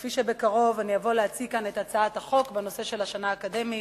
כפי שבקרוב אני אבוא להציג פה את הצעת החוק בנושא של השנה האקדמית,